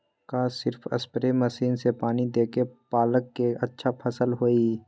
का सिर्फ spray machine से पानी देके पालक के अच्छा फसल होई?